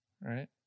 Right